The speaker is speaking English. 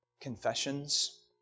Confessions